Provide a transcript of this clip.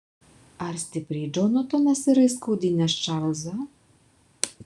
ar stipriai džonatanas yra įskaudinęs čarlzą